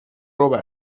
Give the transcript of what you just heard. ربع